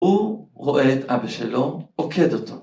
הוא רואה את אבא שלו, עוקד אותו.